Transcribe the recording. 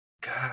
God